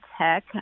tech